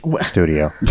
studio